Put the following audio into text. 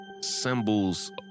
symbols